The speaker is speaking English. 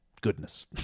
goodness